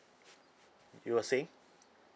you were saying